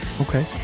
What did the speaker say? Okay